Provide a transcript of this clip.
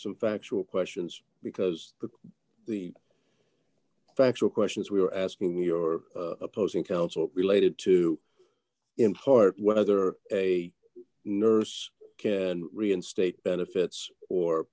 some factual questions because the factual questions we are asking your opposing counsel related to in heart whether a nurse can reinstate benefits or